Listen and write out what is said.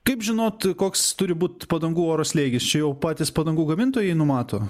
kaip žinot koks turi būt padangų oro slėgis čia jau patys padangų gamintojai numato